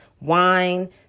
wine